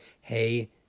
Hey